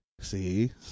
See